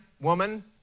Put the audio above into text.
woman